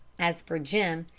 as for jim,